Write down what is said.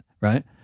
right